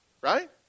right